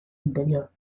interior